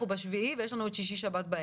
בשביעי ויש לנו את שישי שבת באמצע.